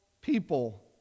people